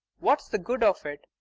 what's the good of it?